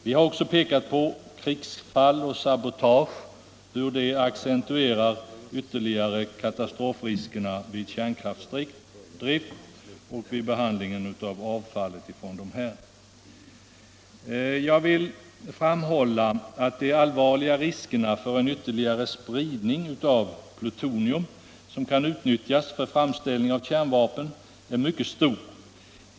Vi har också pekat på hur krigsfall och sabotage ytterligare accentuerar katastrofriskerna vid kärnkraftsdrift och vid behandlingen av avfallet från dessa. Jag vill framhålla att de allvarliga riskerna för en ytterligare spridning av plutonium, som kan utnyttjas för framställning av kärnvapen, är myck et stora.